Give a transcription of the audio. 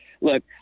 Look